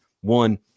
one